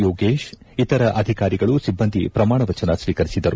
ಯೋಗೇಶ್ ಇತರ ಅಧಿಕಾರಿಗಳು ಸಿಬ್ಬಂದಿ ಪ್ರಮಾಣ ವಚನ ಸ್ವೀಕರಿಸಿದರು